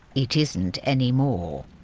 it isn't anymore.